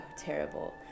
terrible